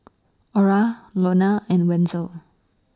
Ora Lonna and Wenzel